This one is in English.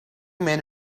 men